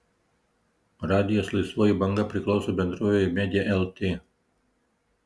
radijas laisvoji banga priklauso bendrovei media lt